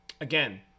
Again